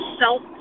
self